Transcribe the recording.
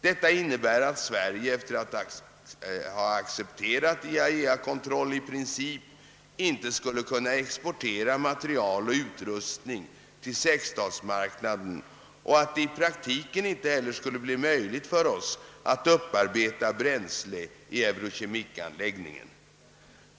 Detta innebär att Sverige efter att ha accepterat IAEA kontroll i princip icke skulle kunna exportera material och utrustning till sexstatsmarknaden och att det i praktiken inte heller skulle bli möjligt för oss att upparbeta bränsle i Eurochemic-anläggningen.